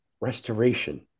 restoration